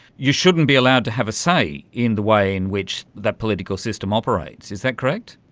you shouldn't be allowed to have a say in the way in which that political system operates, is that correct?